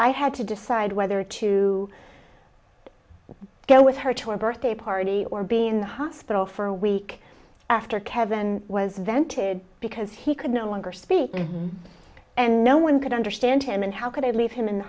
i had to decide whether to go with her to a birthday party or be in the hospital for a week after kevin was vented because he could no longer speak and no one could understand him and how could i leave him in the